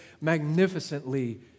magnificently